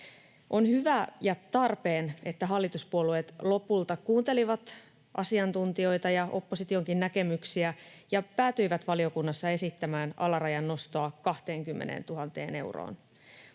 On hyvä ja tarpeen, että hallituspuolueet lopulta kuuntelivat asiantuntijoita ja oppositionkin näkemyksiä ja päätyivät valiokunnassa esittämään alarajan nostoa 20 000 euroon.